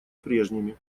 прежними